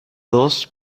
dos